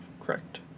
correct